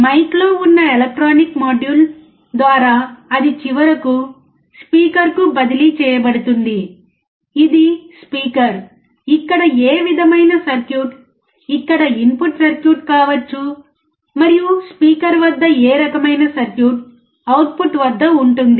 mic లో ఉన్న electronic module నా ద్వారా అది చివరకు స్పీకర్కు బదిలీ చేయబడుతుంది ఇది స్పీకర్ ఇక్కడ ఏ విధమైన సర్క్యూట్ ఇక్కడ ఇన్పుట్ సర్క్యూట్ కావచ్చు మరియు స్పీకర్ వద్ద ఏ రకమైన సర్క్యూట్ అవుట్పుట్ వద్ద ఉంటుంది